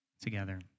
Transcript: together